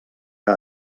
que